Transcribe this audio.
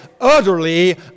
utterly